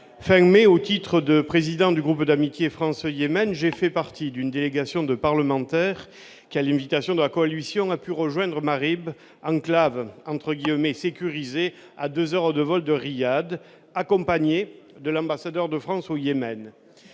Fin mai, en tant que président du groupe d'amitié sénatorial France-Yémen, j'ai fait partie d'une délégation de parlementaires qui, à l'invitation de la coalition, a pu rejoindre Mareb, enclave « sécurisée » située à deux heures de vol de Riyad. Nous étions accompagnés de l'ambassadeur de France au Yémen.